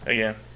Again